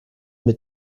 mit